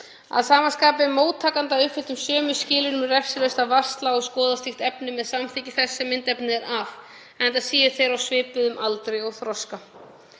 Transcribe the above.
Að sama skapi er móttakanda að uppfylltum sömu skilyrðum refsilaust að varsla og skoða slíkt efni með samþykki þess sem myndefnið er af enda séu þeir á svipuðum aldri og þroskastigi.